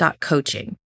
Coaching